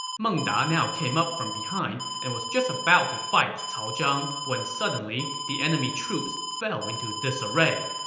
meng da now came up from behind and was just about to fight cao zhang when suddenly, the enemy troops fell into disarray.